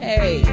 Hey